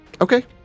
Okay